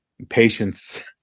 patience